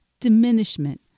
diminishment